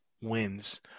wins